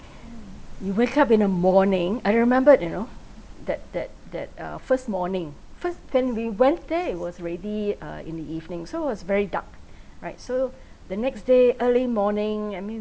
you wake up in the morning I remembered you know that that that uh first morning first then we went there it was already uh in the evening so was very dark right so the next day early morning I mean